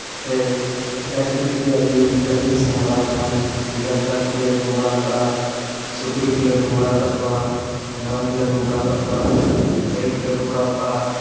ᱥᱮ ᱚᱝᱠᱟ ᱜᱮ ᱠᱟᱹᱴᱤᱡ ᱠᱟᱹᱴᱤᱡ ᱟᱜ ᱜᱮ ᱜᱟᱛᱮ ᱤᱧ ᱥᱮᱱ ᱵᱟᱲᱟᱣ ᱠᱟᱱᱟ ᱚᱝᱠᱟ ᱯᱨᱟᱭᱤᱡᱽ ᱠᱚᱞᱮ ᱟᱹᱜᱩ ᱵᱟᱲᱟᱣ ᱠᱟᱜᱼᱟ ᱥᱩᱠᱨᱤ ᱠᱚᱞᱮ ᱟᱹᱜᱩ ᱵᱟᱲᱟᱣ ᱠᱟᱜ ᱠᱚᱣᱟ ᱢᱮᱨᱚᱢ ᱠᱚᱞᱮ ᱟᱹᱜᱩ ᱵᱟᱲᱟᱣ ᱠᱟᱜ ᱠᱚᱣᱟ ᱜᱟᱹᱭ ᱠᱚᱞᱮ ᱟᱹᱜᱩ ᱵᱟᱲᱟᱣ ᱠᱟᱜ ᱠᱚᱣᱟ